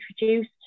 introduced